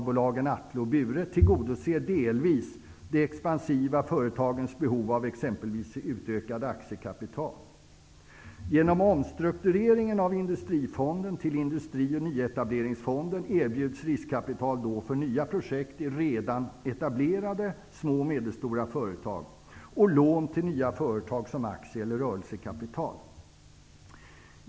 och BURE tillgodoser delvis de expansiva företagens behov av exempelvis ett utökat aktiekapital. Genom omstruktureringen av Industrifonden till Industri och nyetableringsfonden erbjuds riskkapital för nya projekt i redan etablerade små och medelstora företag, och lån till nya företag som aktie eller rörelsekapital.